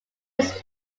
his